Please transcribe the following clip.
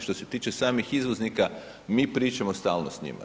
Što se tiče samih izvoznika mi pričamo stalno s njima.